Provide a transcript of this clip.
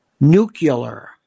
nuclear